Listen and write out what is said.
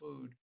food